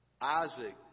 Isaac